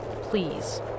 Please